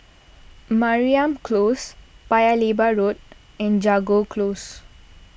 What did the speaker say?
Mariam Close Paya Lebar Road and Jago Close